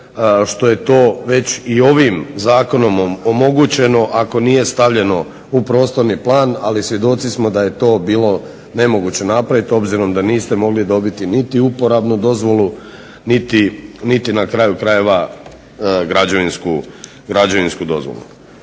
što je to već i ovim zakonom omogućeno ako nije stavljeno u prostorni plan, ali svjedoci smo da je to bilo nemoguće napraviti obzirom da niste mogli dobiti niti uporabnu dozvolu niti na kraju krajeva građevinsku dozvolu.